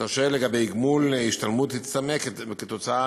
אתה שואל לגבי גמול השתלמות שהצטמק כתוצאה